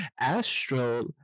Astro